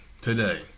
today